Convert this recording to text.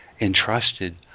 entrusted